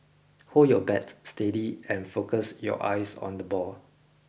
hold your bat steady and focus your eyes on the ball